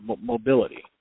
mobility